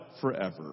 Forever